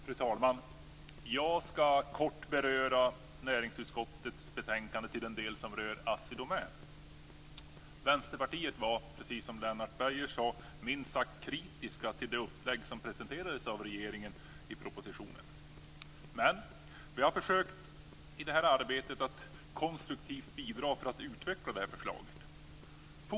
Fru talman! Jag skall kort beröra näringsutskottets betänkande i den del som rör Assi Domän. Vänsterpartiet var, precis som Lennart Beijer sade, minst sagt kritiska till det upplägg som presenterades av regeringen i propositionen. I det här arbetet har vi försökt att konstruktivt bidra för att utveckla förslaget.